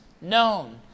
known